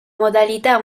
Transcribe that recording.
modalità